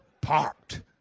Parked